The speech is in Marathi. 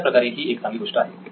अशाप्रकारे ही एक चांगली गोष्ट आहे